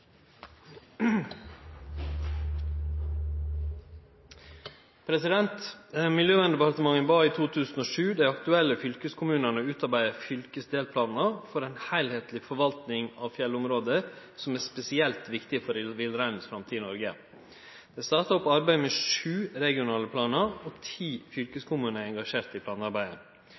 Miljøverndepartementet bad i 2007 dei aktuelle fylkeskommunane å utarbeide fylkesdelplanar for ei heilskapleg forvalting av fjellområde som er spesielt viktige for villreinens framtid i Noreg. Sju regionale planar har starta opp, og ti fylkeskommunar er engasjerte i planarbeidet.